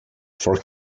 for